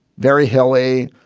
very hilly,